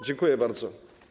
Dziękuję bardzo.